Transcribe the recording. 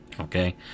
Okay